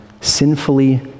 sinfully